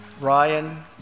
Ryan